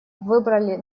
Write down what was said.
выбрали